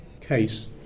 case